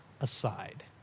aside